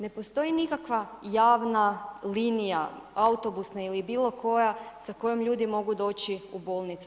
Ne postoji nikakva javna linija autobusna ili bilo koja sa kojom ljudi mogu doći u bolnicu.